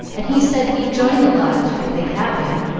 and he said he'd join the lodge, if they'd have him.